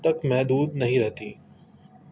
تک میں دودھ نہیں رہتی